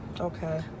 Okay